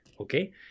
Okay